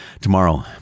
tomorrow